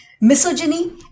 Misogyny